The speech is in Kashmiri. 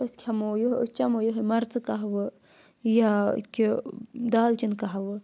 أسۍ کھیٚمو یِہ أسۍ چَمو یِہوے مَرژٕ کہوٕ یا أکیاہ دالچِن کہوٕ